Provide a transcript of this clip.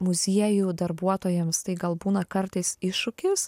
muziejų darbuotojams tai gal būna kartais iššūkis